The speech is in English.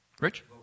Rich